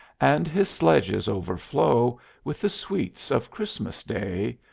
and his sledges overflow with the sweets of christmas day.